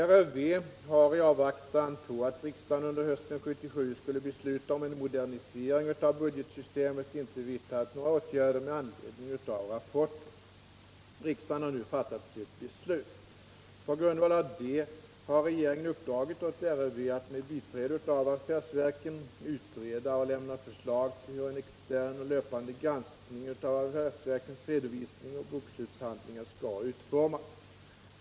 RRV har i avvaktan på att riksdagen under hösten 1977 skulle besluta om en modernisering av budgetsystemet inte vidtagit några åtgärder med anledning av rapporten. Riksdagen har nu fattat sitt beslut . På grundval av detta har regeringen uppdragit åt RRV att med biträde av affärsverken utreda och lämna förslag till hur en extern och löpande granskning av affärsverkens redovisning och bokslutshandlingar skall utformas.